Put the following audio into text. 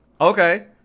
okay